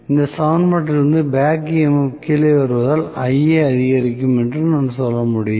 இந்த சமன்பாட்டிலிருந்து back EMF கீழே வருவதால் Ia அதிகரிக்கும் என்று நான் சொல்ல முடியும்